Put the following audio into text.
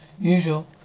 Usual